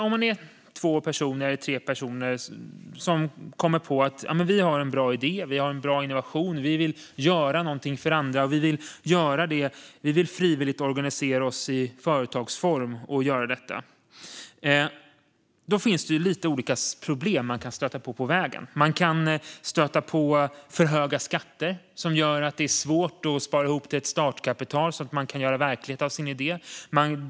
Om två eller tre personer kommer på en bra idé eller en bra innovation och vill göra något för andra och frivilligt organisera sig i företagsform kan de stöta på lite olika problem på vägen. Det kan handla om för höga skatter som gör att det är svårt att spara ihop till ett startkapital så att man kan göra verklighet av sin idé.